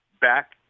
back